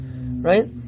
right